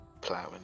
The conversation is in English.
Plowing